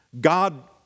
God